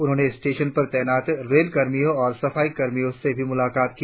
उन्होंने स्टेशन पर तैनात रेल कर्मियों और सफाई कर्मियों से भी मुलाकात की